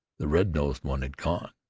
the red-nosed one had gone.